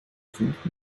fünf